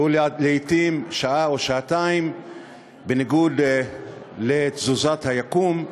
שהוא לעתים שעה או שעתיים בניגוד לתזוזת היקום.